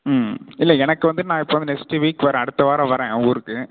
ம் இல்லை எனக்கு வந்துட்டு நான் இப்போ வந்து நெக்ஸ்ட்டு வீக் வரேன் அடுத்த வாரம் வரேன் ஊருக்கு